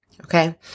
okay